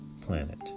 planet